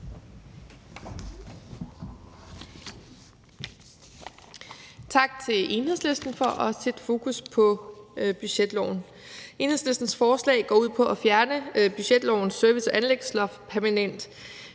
Tak til Enhedslisten for at sætte fokus på budgetloven. Enhedslistens forslag går ud på at fjerne budgetlovens service- og anlægsloft permanent.